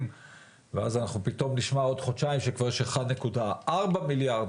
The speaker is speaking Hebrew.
ואז פתאום נשמע עוד חודשיים שכבר יש 1.4 מיליארד,